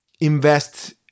invest